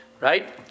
right